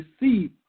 receive